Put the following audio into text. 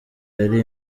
yari